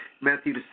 Matthew